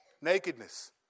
Nakedness